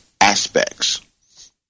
aspects